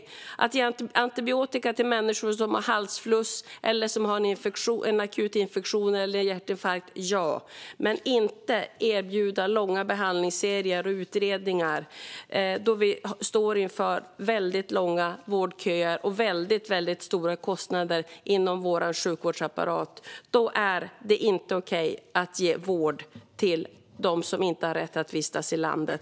Man ska ge antibiotika till människor som har halsfluss eller som har en akut infektion eller hjärtinfarkt men inte erbjuda långa behandlingsserier och utredningar när vi står inför långa vårdköer och stora kostnader inom vår sjukvårdsapparat. Då är det inte okej att ge vård till dem som inte har rätt att vistas i landet.